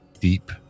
deep